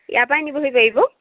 ইয়াৰ পৰাই নিবহি পাৰিব